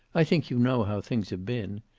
i think you know how things have been.